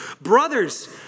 brothers